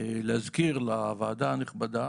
להזכיר לוועדה הנכבדה,